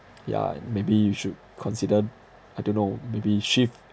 yeah maybe you should consider I don't know maybe shift